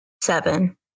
Seven